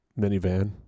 minivan